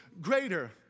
greater